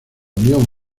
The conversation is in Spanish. unión